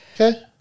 Okay